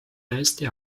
täiesti